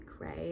right